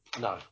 no